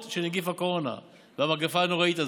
של נגיף הקורונה והמגפה הנוראית הזאת.